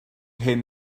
hyn